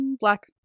Black